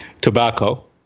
tobacco